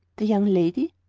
the young lady?